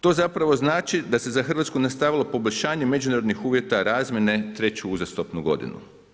To zapravo znači, da se za Hrvatsku nastavilo poboljšanje međunarodnih uvjeta razmjene treću uzastopnu godinu.